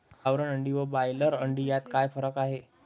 गावरान अंडी व ब्रॉयलर अंडी यात काय फरक आहे?